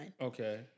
Okay